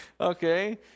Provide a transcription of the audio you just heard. Okay